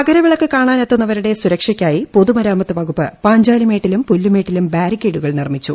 മകര വിളക്ക് കാണാനെത്തുന്നുവരുടെ സുരക്ഷക്കായി പൊതുമരാമത്ത് വകുപ്പ് പാഞ്ചാലിമേട്ടിലും പുല്ലുമേട്ടിലും ബാരിക്കേഡുകൾ നിർമിച്ചു